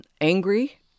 angry